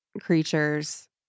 creatures